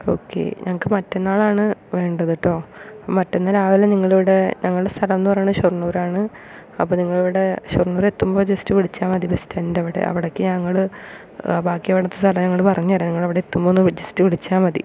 okay ഞങ്ങൾക്ക് മറ്റന്നാളാണ് വേണ്ടത്കേട്ടോ മറ്റന്നാൾ രാവിലെ നിങ്ങളിവിടെ ഞങ്ങളുടെ സ്ഥലം എന്ന് പറയുന്നത് ഷൊർണ്ണൂരാണ് അപ്പോൾ നിങ്ങളിവിടെ ഷൊർണ്ണൂർ എത്തുമ്പോൾ ജസ്റ്റ് വിളിച്ചാൽ മതി ബസ് സ്റ്റാൻഡിൻറ്റെ അവിടെ അവിടേക്ക് ഞങ്ങൾ ബാക്കി അവിടെ നിന്ന് സ്ഥലം ഞങ്ങൾ പറഞ്ഞ് തരാം നിങ്ങളവിടെ എത്തുമ്പോൾ ഒന്ന് ജസ്റ്റ് വിളിച്ചാൽ മതി